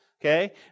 okay